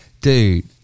dude